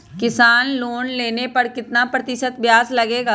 किसान लोन लेने पर कितना प्रतिशत ब्याज लगेगा?